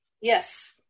Yes